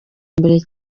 mbere